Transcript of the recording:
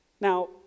Now